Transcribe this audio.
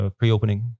pre-opening